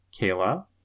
Kayla